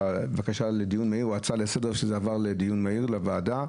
הבקשה לדיון מהיר או הצעה לסדר ושזה עבר לדיון מהיר לוועדה.